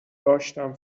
داشتم